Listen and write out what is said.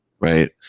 right